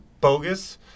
bogus